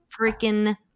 freaking